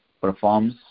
performs